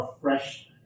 fresh